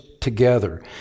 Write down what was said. together